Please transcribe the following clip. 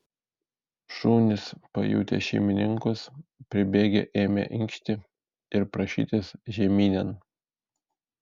šunys pajutę šeimininkus pribėgę ėmė inkšti ir prašytis žeminėn